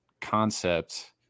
concept